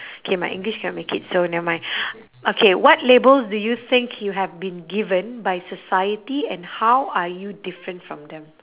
K my english cannot make it so never mind okay what labels do you think you have been given by society and how are you different from them